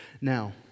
Now